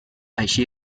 així